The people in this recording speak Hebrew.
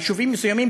ביישובים מסוימים,